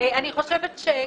חושבת שכל